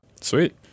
sweet